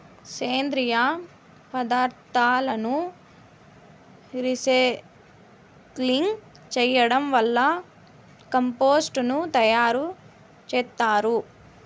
సేంద్రీయ పదార్థాలను రీసైక్లింగ్ చేయడం వల్ల కంపోస్టు ను తయారు చేత్తారు